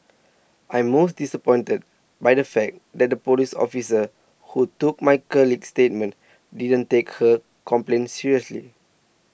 I'm most disappointed by the fact that the police officer who took my colleague's statement didn't take her complaint seriously